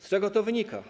Z czego to wynika?